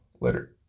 Later